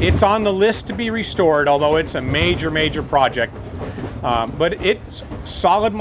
it's on the list to be restored although it's a major major project but it is solid